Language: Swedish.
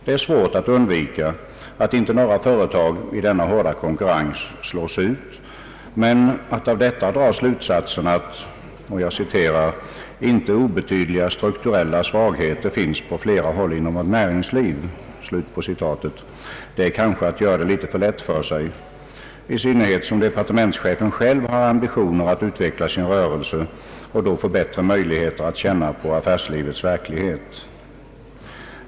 Det är svårt att undvika att några företag i denna hårda konkurrens slås ut, men att av detta dra slutsatsen att »inte obetydliga strukturella svagheter finns på flera håll inom vårt näringsliv» är kanske att göra det litet för lätt för sig, i synnerhet som departementschefen själv har ambitioner att utveckla sin rörelse och då får bättre möjligheter att känna på affärslivets verklighet.